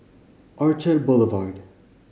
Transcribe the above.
Orchard Boulevard